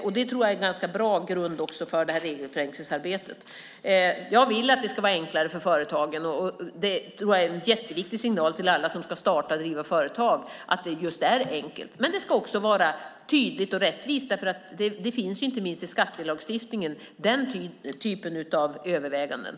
Det tror jag är en bra grund för regelförenklingsarbetet. Jag vill att det ska vara enklare för företagen. Jag tror att det är en jätteviktig signal till alla som ska starta och driva företag att det är enkelt. Det ska också vara tydligt och rättvist. Inte minst i skattelagstiftningen finns den typen av överväganden.